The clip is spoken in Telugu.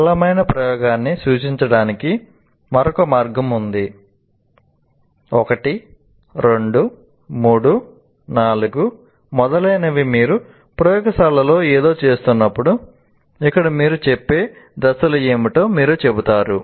సరళమైన ప్రయోగాన్ని సూచించడానికి మరొక మార్గం ఉంది 1 2 3 4 మొదలైనవి మీరు ప్రయోగశాలలో ఏదో చేస్తున్నప్పుడు ఇక్కడ మీరు చెప్పే దశలు ఏమిటో మీరు చెబుతారు